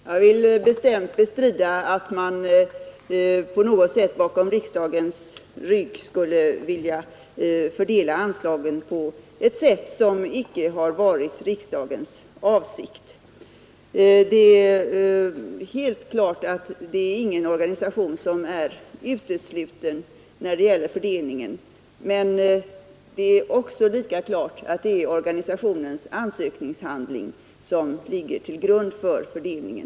Herr talman! Jag vill bestämt bestrida att man på något sätt skulle bakom riksdagens rygg fördela anslagen på ett sätt som icke har varit riksdagens avsikt. Det är helt klart att ingen organisation är utesluten när det gäller fördelningen av anslagen, men det är också lika klart att det är Organisationernas ansökningshandlingar som ligger till grund för fördelningen.